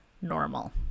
normal